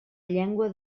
llengua